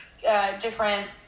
different